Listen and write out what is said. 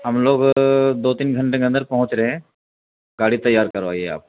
ہم لوگ دو تین گھنٹہ کے اندر پہونچ رہے ہیں گاڑی تیار کر وائیے آپ